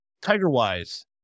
Tiger-wise